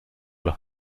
los